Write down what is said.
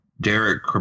Derek